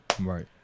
right